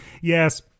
Yes